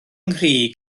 nghri